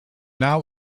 now